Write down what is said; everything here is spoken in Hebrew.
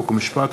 חוק ומשפט.